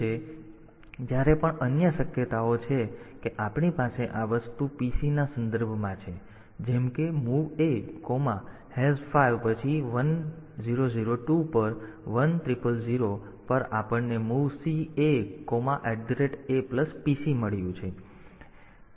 તેથી જ્યારે પણ અન્ય શક્યતાઓ છે કે આપણી પાસે આ વસ્તુ PC ના સંદર્ભમાં છે જેમ કે MOV A5 પછી 1002 પર 1000 પર આપણને MOVC A APC મળ્યું છે